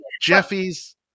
jeffy's